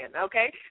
okay